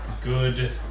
Good